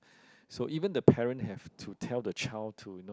so even the parent have to tell the child to you know